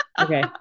Okay